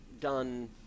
done